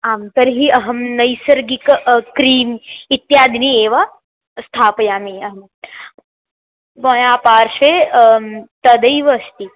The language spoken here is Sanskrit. आं तर्हि अहं नैसर्गिकं क्रीम् इत्यादीनि एव स्थापयामि अहं मया पार्श्वे तदैव अस्ति